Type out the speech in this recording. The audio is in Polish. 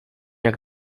jak